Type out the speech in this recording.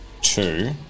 two